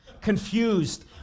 confused